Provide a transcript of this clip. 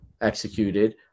executed